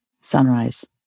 Sunrise